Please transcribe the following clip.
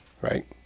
Right